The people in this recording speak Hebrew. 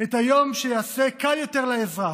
את היום שייעשה קל יותר לאזרח,